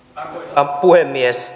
arvoisa puhemies